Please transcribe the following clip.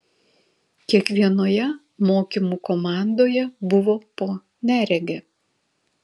kiekvienoje mokymų komandoje buvo po neregę